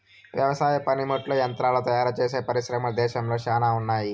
వ్యవసాయ పనిముట్లు యంత్రాలు తయారుచేసే పరిశ్రమలు దేశంలో శ్యానా ఉన్నాయి